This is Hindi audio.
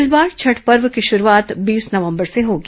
इस बार छठ पर्व की शुरूआत बीस नवंबर से होगी